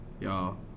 y'all